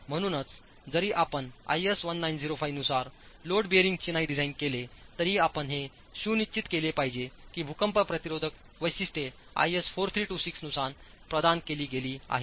म्हणूनच जरी आपणआयएस 1905 नुसारलोड बीईरिंगचिनाईडिझाइनकेले तरीही आपण हेसुनिश्चित केले पाहिजे की भूकंप प्रतिरोधक वैशिष्ट्ये आयएस 4326 नुसार प्रदान केली गेली आहेत